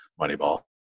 Moneyball